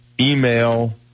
email